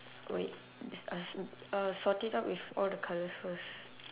wait there's uh s~ uh sort it out with all the colours first